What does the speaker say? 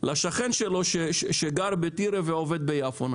לשכן שלו שגר בטירה ועובד ביפו.